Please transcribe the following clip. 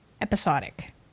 episodic